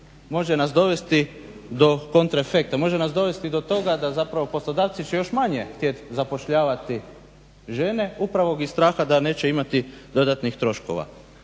može nas dovesti do kontra efekta, može nas dovesti do toga da zapravo poslodavci će još manje htjet zapošljavati žene upravo iz straha da neće imati dodatnih troškova.